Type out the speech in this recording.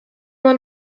man